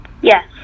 Yes